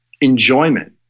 enjoyment